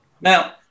Now